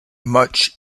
much